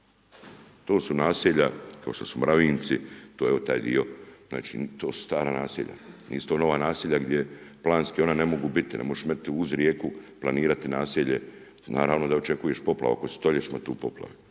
To su naselja kao što su Mravinjci, to je taj dio, nisu to nova naselja gdje planski ona ne mogu biti, ne možeš metnuti uz rijeku planirati naselje, naravno da očekuješ poplavu ako si stoljećima tu poplavljen,